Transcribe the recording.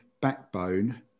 backbone